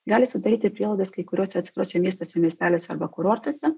gali sudaryti prielaidas kai kuriuose atskiruose miestuose miesteliuose arba kurortuose